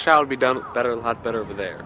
shall be done better a lot better over there